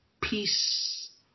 Peace